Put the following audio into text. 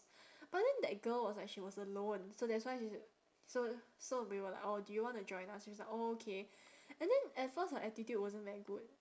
but then that girl was like she was alone so that's why she's so so we were like oh do you want to join us she's like oh okay and then at first her attitude wasn't very good